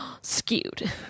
skewed